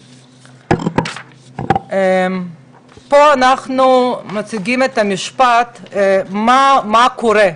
הזה, אנחנו מציגים את המשפט "מה קורה?",